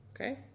okay